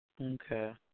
Okay